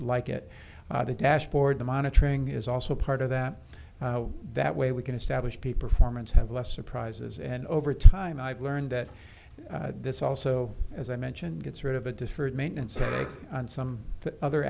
like it the dashboard the monitoring is also part of that that way we can establish the performance have less surprises and over time i've learned that this also as i mentioned gets rid of a different maintenance or some other